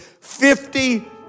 fifty